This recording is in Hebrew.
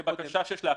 כבקשה שיש לעכב.